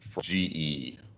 GE